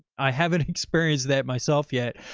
i haven't experienced that myself yet.